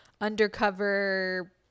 undercover